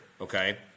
okay